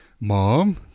Mom